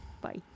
Bye